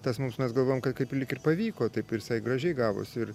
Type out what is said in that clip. tas mums mes galvojam kad kaip lyg ir pavyko taip visai gražiai gavosi ir